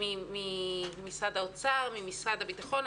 ממשרד האוצר, ממשרד הביטחון.